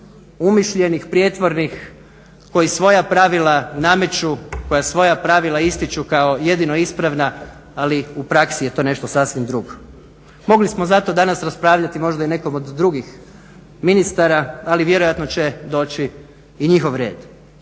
umišljenih, prijetvornih koji svoja pravila nameću, koji svoja pravila ističu kao jedina ispravna, ali u praksi je to nešto sasvim drugo. Mogli smo zato danas raspravljati možda i nekom od drugih ministara, ali vjerojatno će doći i njihov red.